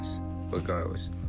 Regardless